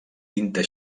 tinta